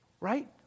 Right